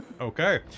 Okay